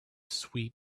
sweet